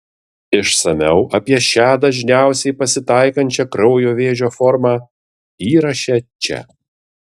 išsamiau apie šią dažniausiai pasitaikančią kraujo vėžio formą įraše čia